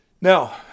Now